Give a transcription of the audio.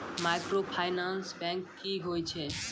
Microfinance bank की होय छै?